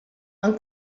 han